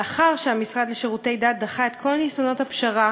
לאחר שהמשרד לשירותי דת דחה את כל ניסיונות הפשרה